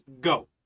go